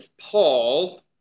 Paul